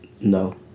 no